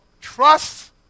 trust